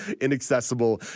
inaccessible